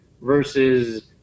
versus